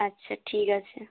আচ্ছা ঠিক আছে